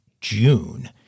June